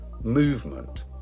movement